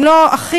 אם לא הכי,